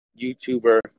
YouTuber